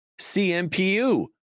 CMPU